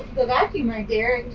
the vacuum right there.